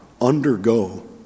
undergo